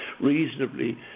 reasonably